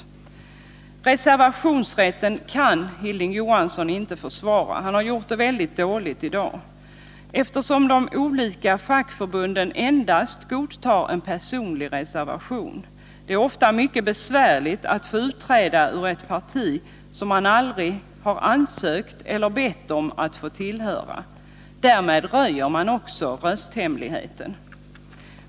— Resonemanget om reservationsrätten kan Hilding Johansson inte försvara — han har gjort det mycket dåligt i dag — eftersom de olika fackförbunden endast godtar en personlig reservation. Det är ofta mycket besvärligt att få utträda ur ett parti som man aldrig ansökt eller bett om att få tillhöra. Därmed röjs också rösthemligheten.